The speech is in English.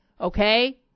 Okay